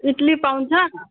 इडली पाउँछ